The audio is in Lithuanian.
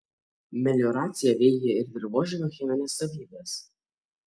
melioracija veikia ir dirvožemio chemines savybes